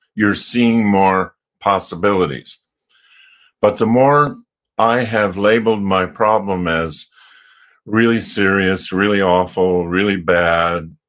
you're seeing more possibilities but the more i have labeled my problem as really serious, really awful, really bad,